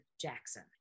Jackson